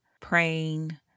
praying